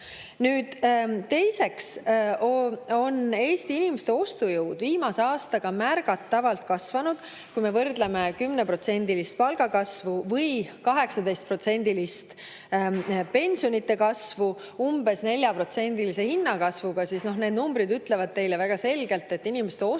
Teiseks, Eesti inimeste ostujõud on viimase aastaga märgatavalt kasvanud. Kui me võrdleme 10%‑list palgakasvu või 18%‑list pensionide kasvu umbes 4%‑lise hinnakasvuga, siis need numbrid ütlevad väga selgelt, et inimeste ostujõud